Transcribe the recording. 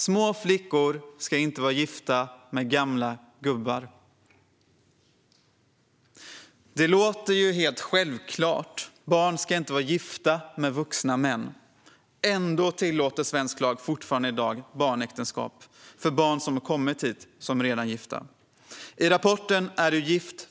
Små flickor ska inte vara gifta med gamla gubbar. Det låter ju helt självklart. Barn ska inte vara gifta med vuxna. Ändå tillåter svensk lag fortfarande i dag barnäktenskap för barn som har kommit hit som redan gifta. I rapporten Är du gift?